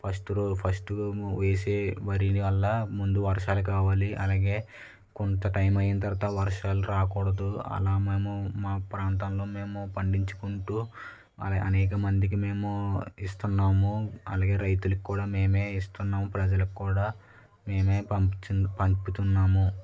first row first మూ వేసే వరి వల్ల ముందు వర్షాలు కావాలి అలాగే కొంత టైం అయిన తర్వాత వర్షాలు రాకూడదు అలా మేము మా ప్రాంతంలో మేము పండించుకుంటూ అనే అనేక మందికి మేము ఇస్తున్నాము అలాగే రైతులకు కూడా మేమే ఇస్తున్నాం ప్రజలకు కూడా మేమే పంపుతున్నాము